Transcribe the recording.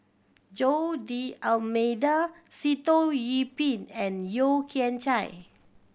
Jose D'Almeida Sitoh Yih Pin and Yeo Kian Chai